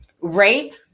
Rape